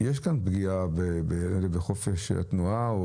יש כאן פגיעה בחופש התנועה.